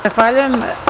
Zahvaljujem.